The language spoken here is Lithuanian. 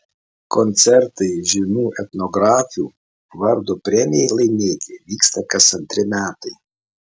koncertai žymių etnografių vardo premijai laimėti vyksta kas antri metai